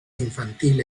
infantil